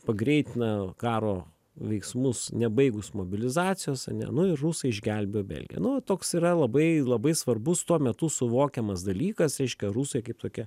pagreitina karo veiksmus nebaigus mobilizacijos ane nu ir rusai išgelbėjo belgiją nu toks yra labai labai svarbus tuo metu suvokiamas dalykas reiškia rusai kaip tokia